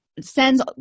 sends